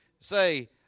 say